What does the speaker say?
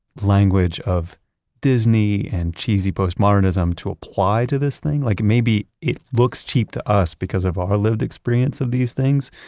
language of disney, and cheesy postmodernism to apply to this thing? like, maybe it looks cheap to us because of our lived experience of these things,